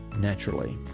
naturally